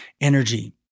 energy